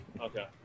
Okay